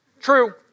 true